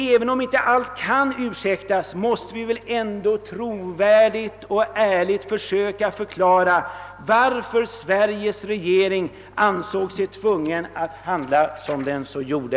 Även om inte allt kan ursäktas, måste vi dock trovärdigt och ärligt försöka förklara varför Sveriges regering ansåg sig tvungen att handla som den gjorde.